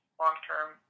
long-term